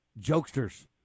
jokesters